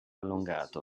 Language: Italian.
allungato